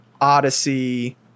Odyssey